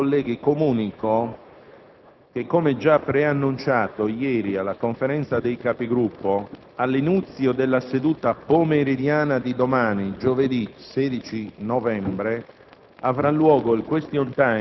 La seduta è ripresa. Onorevoli colleghi, comunico che, come già preannunciato ieri alla Conferenza dei Capigruppo, all'inizio della seduta pomeridiana di domani, giovedì 16 novembre,